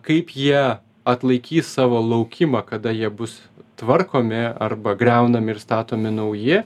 kaip jie atlaikys savo laukimą kada jie bus tvarkomi arba griaunami ir statomi nauji